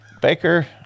Baker